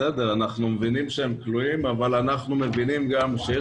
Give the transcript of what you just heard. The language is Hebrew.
אנחנו מבינים שהם כלואים אבל אנחנו גם מבינים שיש